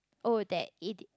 oh that